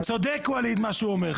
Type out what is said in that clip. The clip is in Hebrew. צודק ווליד במה שהוא אומר.